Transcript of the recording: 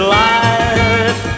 life